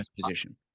position